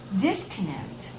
disconnect